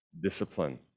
discipline